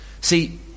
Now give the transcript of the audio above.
See